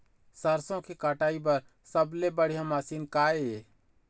सरसों के कटाई बर सबले बढ़िया मशीन का ये?